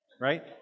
right